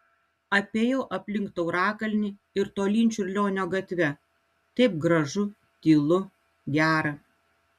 apėjau aplink taurakalnį ir tolyn čiurlionio gatve taip gražu tylu gera